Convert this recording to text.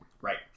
Right